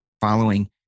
following